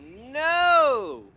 no.